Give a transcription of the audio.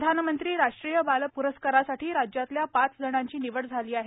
प्रधानमंत्री राष्ट्रीय बाल प्रस्कारासाठी राज्यातल्या पाच जणांची निवड झाली आहे